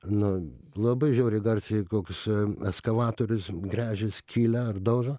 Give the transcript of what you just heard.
nu labai žiauriai gars kokius ekskavatorius gręžia skylę ar daužo